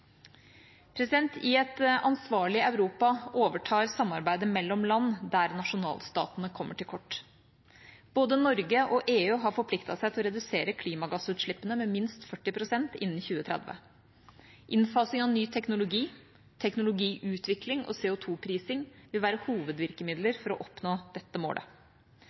I et ansvarlig Europa overtar samarbeidet mellom land der nasjonalstatene kommer til kort. Både Norge og EU har forpliktet seg til å redusere klimagassutslippene med minst 40 pst. innen 2030. Innfasing av ny teknologi, teknologiutvikling og CO?-prising vil være hovedvirkemidler for å oppnå dette målet.